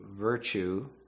virtue